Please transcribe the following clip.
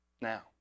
now